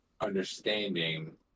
understanding